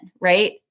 right